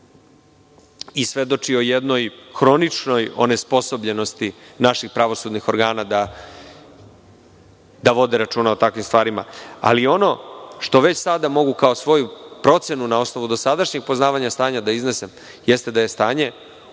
i svedoči o jednoj hroničnoj onesposobljenosti naših pravosudnih organa da vode računa o takvim stvarima. Ali, ono što već sada mogu kao svoju procenu na osnovu dosadašnjeg poznavanja stanja da iznesem jeste da je stanje